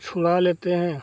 छुड़ा लेते हैं